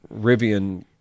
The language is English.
Rivian